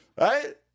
Right